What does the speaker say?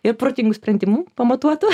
ir protingų sprendimų pamatuotų